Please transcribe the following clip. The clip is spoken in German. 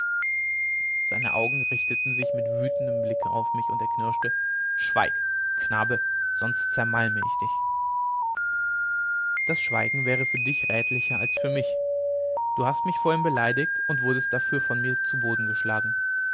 seine augen richteten sich mit einem wütenden blicke auf mich und er knirschte schweig knabe sonst zermalme ich dich das schweigen wäre für dich rätlicher als für mich du hast mich vorhin beleidigt und wurdest dafür von mir zu boden geschlagen